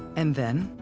and then,